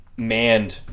manned